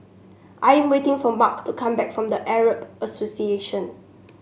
I'm waiting for Marc to come back from The Arab Association